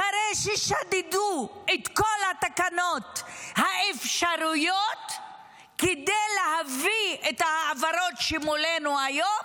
אחרי ששדדו את כל התקנות האפשריות כדי להביא את ההעברות שמולנו היום,